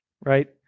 right